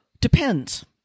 Depends